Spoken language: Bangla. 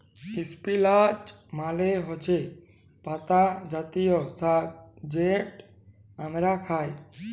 ইস্পিলাচ মালে হছে পাতা জাতীয় সাগ্ যেট আমরা খাই